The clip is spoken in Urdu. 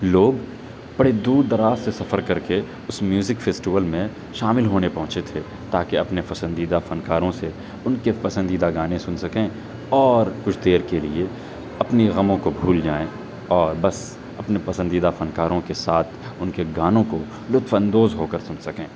لوگ بڑے دور دراز سے سفر کر کے اس میوزک فیسٹیول میں شامل ہونے پہنچے تھے تاکہ اپنے پسندیدہ فن کاروں سے ان کے پسندیدہ گانے سن سکیں اور کچھ دیر کے لیے اپنی غموں کو بھول جائیں اور بس اپنے پسندیدہ فن کاروں کے ساتھ ان کے گانوں کو لطف اندوز ہو کر سن سکیں